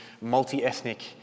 multi-ethnic